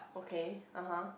okay [uh huh]